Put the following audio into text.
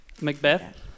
Macbeth